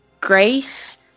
Grace